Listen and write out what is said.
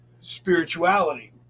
spirituality